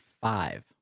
five